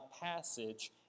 passage